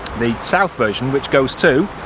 the south version which goes to.